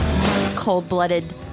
Cold-blooded